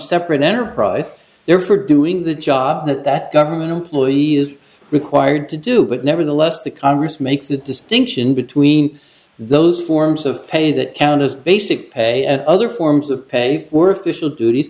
separate enterprise they're for doing the job that that government employees required to do but nevertheless the congress makes a distinction between those forms of pay that count as basic pay and other forms of pay were fishel dut